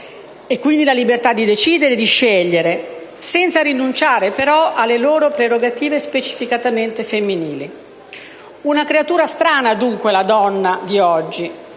e quindi la libertà di decidere e di scegliere, senza rinunciare però alle loro prerogative specificatamente femminili. Una creatura strana, dunque, la donna di oggi: